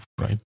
Right